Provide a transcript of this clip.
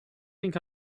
think